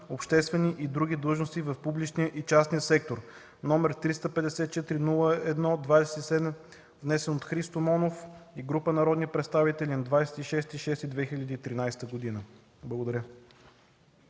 обществени и други длъжности в публичния и частния сектор, № 354-01-27, внесен от Христо Монов и група народни представители на 26 юни 2013 г. На